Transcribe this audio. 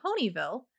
Ponyville